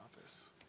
office